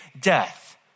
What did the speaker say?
death